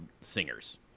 singers